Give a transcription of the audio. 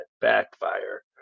backfire